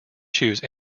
choose